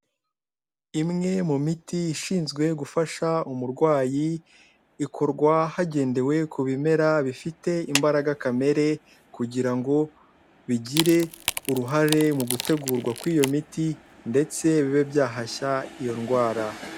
Imwe mu miti ishinzwe gufasha umurwayi, ikorwa hagendewe ku bimera bifite imbaraga kamere kugira ngo bigire uruhare mu gutegurwa kw'iyo miti ndetse bibe byahashya iyo ndwara.